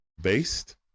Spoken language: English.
based